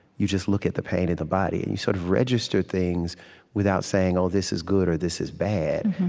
you just look at the pain in the body, and you sort of register things without saying, oh, this is good or this is bad.